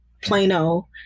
Plano